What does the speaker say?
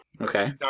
Okay